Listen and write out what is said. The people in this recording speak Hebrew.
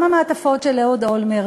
גם המעטפות של אהוד אולמרט,